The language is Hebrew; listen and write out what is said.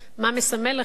מה זה מסמל לך,